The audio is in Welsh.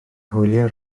hwyliau